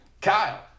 Kyle